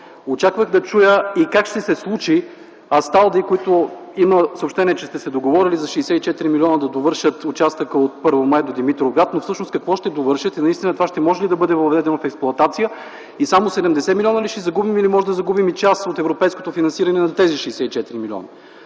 Очаквах да чуя какво ще се случи с „Асталди”, за които има съобщение, че сте се договорили за 64 милиона да довършат участъка от Първомай до Димитровград, но всъщност какво ще довършат? И това ще може ли да бъде въведено в експлоатация? И само 70 милиона ли ще загубим или можем да загубим и част от европейското финансиране на тези 64 милиона?